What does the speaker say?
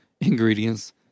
ingredients